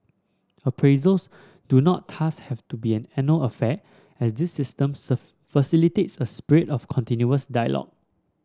appraisals do not thus have to be an annual affair as this system facilitates a spirit of continuous dialogue